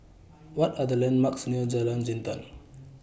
What Are The landmarks near Jalan Jintan